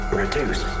reduce